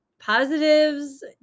positives